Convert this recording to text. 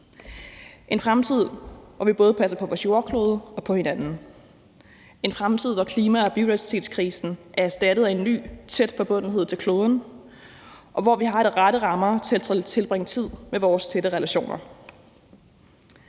en fremtid, hvor vi både passer på vores jordklode og på hinanden, en fremtid, hvor klima- og biodiversitetskrisen er erstattet af en ny, tæt forbundethed til kloden, og hvor vi har de rette rammer for at tilbringe tid med vores tætte relationer.